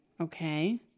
Okay